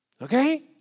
Okay